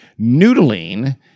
Noodling